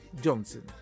Johnson